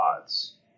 odds